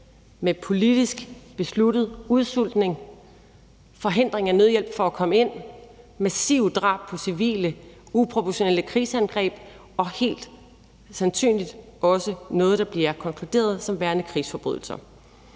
med politisk besluttet udsultning, forhindring af nødhjælp for at komme ind, massive drab på civile, uproportionale krigsangreb og helt sandsynligvis også noget, der bliver vurderet som værende krigsforbrydelser.